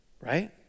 Right